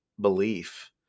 belief